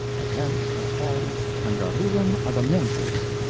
and hence have called it kangaroorum adamiensis.